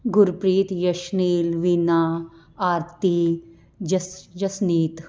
Gurpreet Yashneel Veena Aarti Jas Jasneet